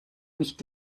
nicht